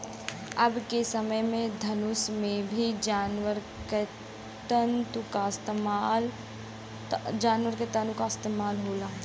अबके समय के धनुष में भी जानवर के तंतु क इस्तेमाल होला